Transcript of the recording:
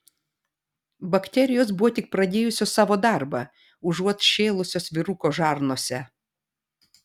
bakterijos buvo tik pradėjusios savo darbą užuot šėlusios vyruko žarnose